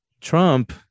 Trump